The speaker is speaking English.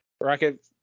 Rocket